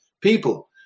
people